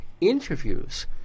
interviews